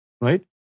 Right